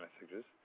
messages